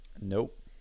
Nope